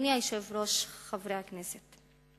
אדוני היושב-ראש, חברי הכנסת,